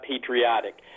patriotic